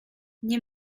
nie